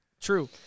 True